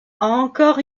encore